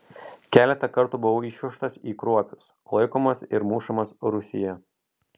keletą kartų buvo išvežtas į kruopius laikomas ir mušamas rūsyje